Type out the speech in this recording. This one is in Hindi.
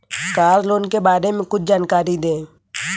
कार लोन के बारे में कुछ जानकारी दें?